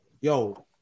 yo